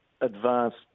advanced